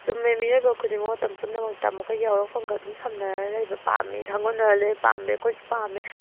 ꯆꯨꯝꯃꯦ ꯃꯤꯑꯣꯏꯕ ꯈꯨꯗꯤꯡꯃꯛ ꯃꯇꯝ ꯄꯨꯝꯅꯃꯛꯇ ꯃꯈꯣꯏꯒꯤ ꯍꯧꯔꯛꯐꯝꯒ ꯑꯗꯨꯝ ꯁꯝꯅꯔ ꯂꯩꯕ ꯄꯥꯝꯃꯤ ꯁꯥꯒꯣꯟꯅꯔ ꯂꯩꯕ ꯄꯥꯝꯃꯤ ꯑꯩꯈꯣꯏꯁꯨ ꯄꯥꯝꯃꯦ